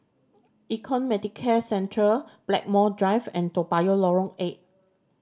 Econ Medicare Centre Blackmore Drive and Toa Payoh Lorong Eight